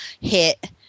hit